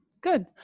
good